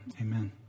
Amen